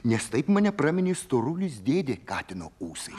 nes taip mane praminė storulis dėdė katino ūsais